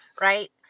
right